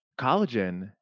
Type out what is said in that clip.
Collagen